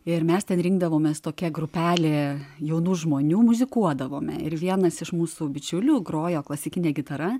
ir mes ten rinkdavomės tokia grupelė jaunų žmonių muzikuodavome ir vienas iš mūsų bičiulių grojo klasikine gitara